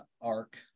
arc